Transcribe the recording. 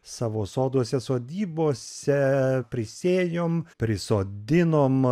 savo soduose sodybose prisėjom prisodinom